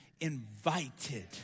invited